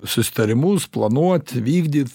susitarimus planuot vykdyt